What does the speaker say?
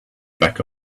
back